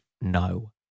no